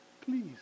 Please